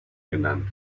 genannt